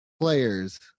players